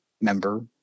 member